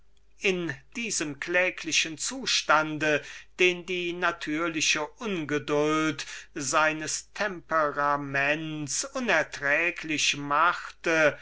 in diesem kläglichen zustande den ihm die natürliche ungeduld seines temperaments unerträglich machte